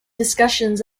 discussions